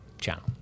channel